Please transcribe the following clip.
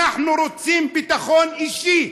אנחנו רוצים ביטחון אישי.